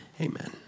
Amen